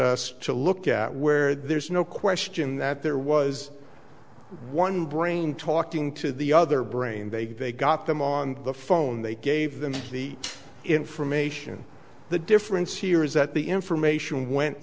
us to look at where there's no question that there was one brain talking to the other brain vague they got them on the phone they gave them the information the difference here is that the information went